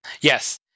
yes